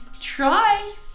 try